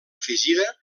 afegida